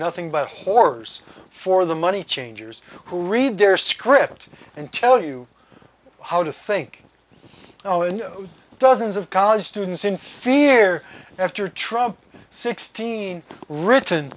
nothing but whores for the money changers who read their script and tell you how to think oh and dozens of college students in fear after trump sixteen written